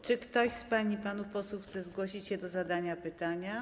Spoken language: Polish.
Czy ktoś z pań i panów posłów chce zgłosić się do zadania pytania?